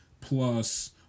plus